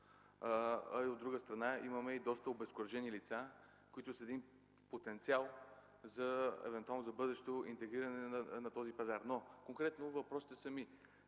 а от друга страна имаме и доста обезкуражени лица, които са потенциал за бъдещо интегриране в този пазар. Но конкретните ни въпроси са за